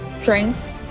drinks